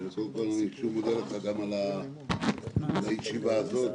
קודם אני שוב מודה לך על הישיבה הזאת.